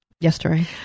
Yesterday